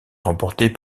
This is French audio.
remportées